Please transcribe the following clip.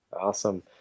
Awesome